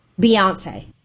Beyonce